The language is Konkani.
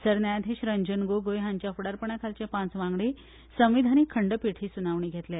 सरन्यायाधीश रंजन गोगोय हांच्या फुडारपणा खालचे पांच वांगडी संविधानीक खंडपीठ ही सुनावणी घेतले